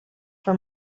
for